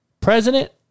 president